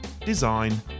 design